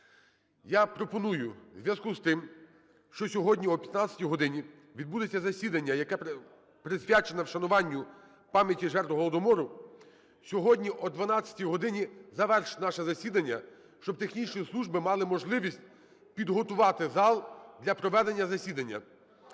Я пропоную у зв'язку з тим, що сьогодні о 15-й годині відбудеться засідання, яке присвячене вшануванню пам'яті жертв Голодомору, сьогодні о 12-й годині завершити наше засідання, щоб технічні служби мали можливість підготувати зал для проведення засідання.